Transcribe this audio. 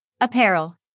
Apparel